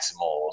Maximals